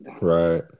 Right